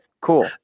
cool